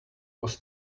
was